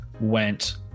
went